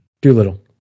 doolittle